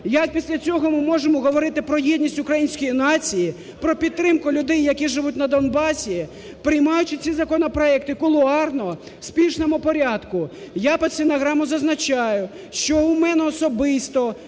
як після цього ми можемо говорити про єдність української нації, про підтримки людей, які живуть на Донбасі, приймаючи ці законопроекти кулуарно в спішному порядку. Я під стенограму зазначаю, що у мене особисто